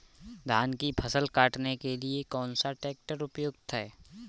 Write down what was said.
धान की फसल काटने के लिए कौन सा ट्रैक्टर उपयुक्त है?